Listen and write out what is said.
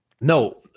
No